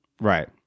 Right